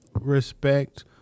respect